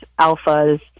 alphas